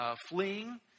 fleeing